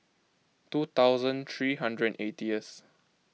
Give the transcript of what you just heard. two thousand three hundred and eightieth